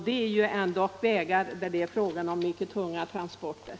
Det är ändock fråga om vägar som används för mycket tunga transporter.